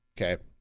Okay